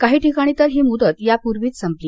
काही ठिकाणी तर ही मुदत यापूर्वीच संपली